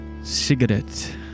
Cigarette